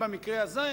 במקרה הזה,